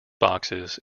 boxes